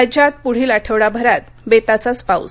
राज्यात पुढील आठवडाभरात बेताचाच पाऊस